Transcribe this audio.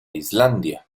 islandia